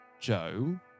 Joe